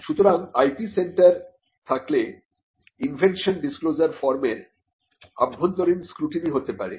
সুতরাং IP centre থাকলে invention disclosure disclosure ফর্মের আভ্যন্তরীণ স্ক্রুটিনি হতে পারে